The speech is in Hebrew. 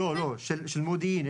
לא, של מודיעין.